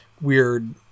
weird